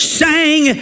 sang